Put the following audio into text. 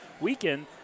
weekend